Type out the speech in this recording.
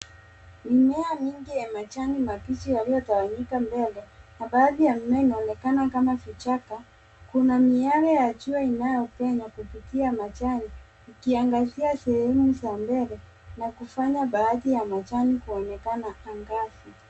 Mimea mingi ya majani mabichi yaliyotawanyika mbele na baadhi ya mimea inaonekana kama kichaka. Kuna miale ya jua inayopenya kupitia majani ikiangazia sehemu za mbele na kufanya baadhi ya majani kuonekana angavu.